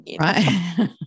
right